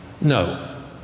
No